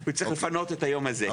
הוא צריך לפנות את היום הזה.